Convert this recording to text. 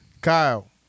Kyle